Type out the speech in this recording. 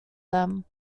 them